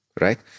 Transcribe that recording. right